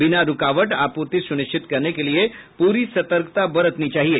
बिना रूकावट आपूर्ति सुनिश्चित करने के लिए पूरी सतर्कता बरतनी चाहिए